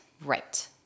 Right